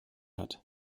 hat